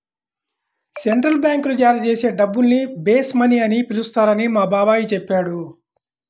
central బ్యాంకులు జారీ చేసే డబ్బుల్ని బేస్ మనీ అని పిలుస్తారని మా బాబాయి చెప్పాడు